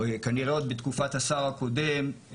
כנראה עוד בתקופת השר הקודם,